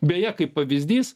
beje kaip pavyzdys